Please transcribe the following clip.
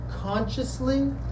consciously